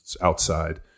outside